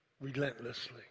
relentlessly